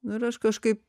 nu ir aš kažkaip